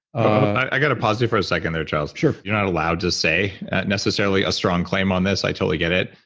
i got to pause here for a second there, charles sure you're not allowed to say necessarily a strong claim on this. i totally get it,